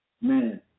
man